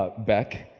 ah beck.